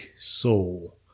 soul